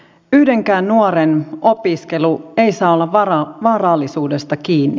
yhdenkään nuoren opiskelu ei saa olla varallisuudesta kiinni